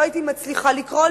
לא הייתי מצליחה לקרוא,